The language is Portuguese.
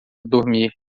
dormir